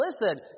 listen